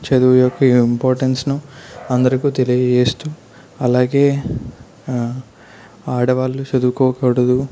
చదువు యొక్క ఇంపార్టెన్స్ను అందరికీ తెలియచేస్తూ అలాగే ఆడవాళ్ళు చదువుకోకూడదు